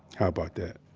how about that?